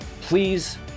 please